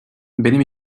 benim